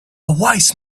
wise